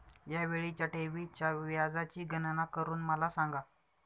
या वेळीच्या ठेवीच्या व्याजाची गणना करून मला सांगा